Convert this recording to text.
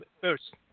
First